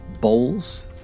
bowls